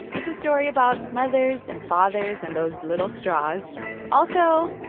it's a story about mothers and fathers and those little straws also,